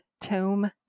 tome